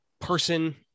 person